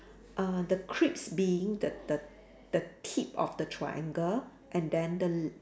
uh the crisps being the the the tip of the triangle and then the l~